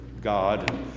God